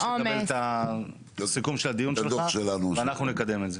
הוא ביקש לקבל את הסיכום של הדיון שלך ואנחנו נקדם את זה.